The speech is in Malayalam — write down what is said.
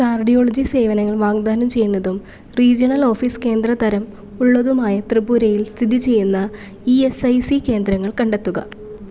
കാർഡിയോളജി സേവനങ്ങൾ വാഗ്ദാനം ചെയ്യുന്നതും റീജിയണൽ ഓഫീസ് കേന്ദ്ര തരം ഉള്ളതുമായ ത്രിപുരയിൽ സ്ഥിതി ചെയ്യുന്ന ഇ എസ് ഐ സി കേന്ദ്രങ്ങൾ കണ്ടെത്തുക